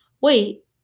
Wait